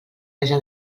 haja